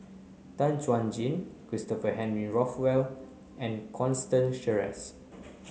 Tan Chuan Jin Christopher Henry Rothwell and Constance Sheares